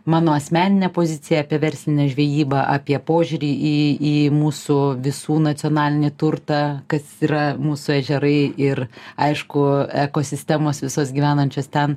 mano asmeninę poziciją apie verslinę žvejybą apie požiūrį į į mūsų visų nacionalinį turtą kas yra mūsų ežerai ir aišku ekosistemos visas gyvenančios ten